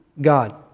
God